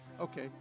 Okay